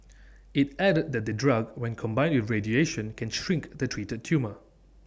IT added that the drug when combined the radiation can shrink the treated tumour